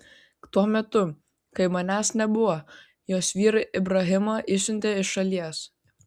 tuo metu kai manęs nebuvo jos vyrą ibrahimą išsiuntė iš šalies